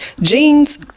jeans